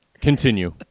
Continue